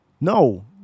No